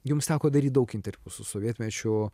jums teko daryt daug interviu su sovietmečio